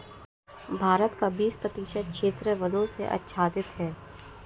भारत का बीस प्रतिशत क्षेत्र वनों से आच्छादित है